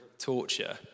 torture